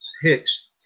Hicks